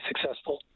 successful